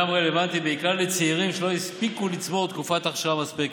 גם רלוונטי בעיקר לצעירים שלא הספיקו לצבור תקופת אכשרה מספקת,